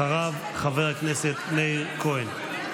אחריו, חבר הכנסת מאיר כהן.